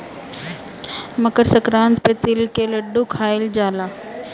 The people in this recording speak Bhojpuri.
मकरसंक्रांति पे तिल के लड्डू खाइल जाला